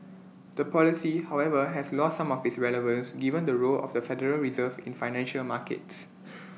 the policy however has lost some of its relevance given the role of the federal reserve in financial markets